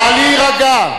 נא להירגע.